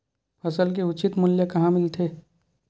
फसल के उचित मूल्य कहां मिलथे?